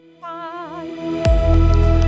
Bye